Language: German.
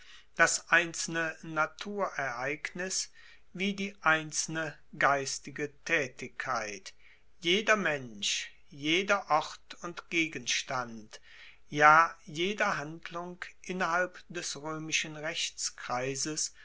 das einzelne naturereignis wie die einzelne geistige taetigkeit jeder mensch jeder ort und gegenstand ja jede handlung innerhalb des roemischen